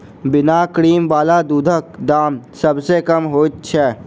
बिना क्रीम बला दूधक दाम सभ सॅ कम होइत छै